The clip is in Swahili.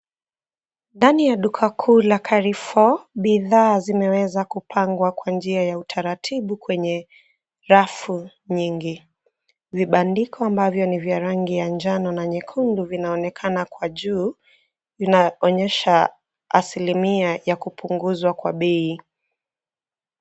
Ndani ya duka kuu la Carrefour bidhaa zimeweza kupangwa kwa njia ya utaratibu kwenye rafu nyingi. Vibandiko ambavyo ni vya rangi ya njano na nyekundu vinaonekana kwa juu vinaonyesha asilimia ya kupunguzwa kwa bei.